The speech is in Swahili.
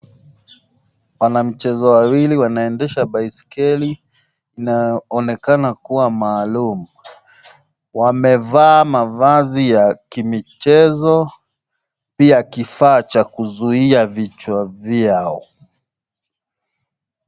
Wanamchezo wawili wanaendesha baiskeli inaonekana kuwa maalum wamevaa mavazi ya kimichezo pia kifaa cha kuzuia vichwa zao.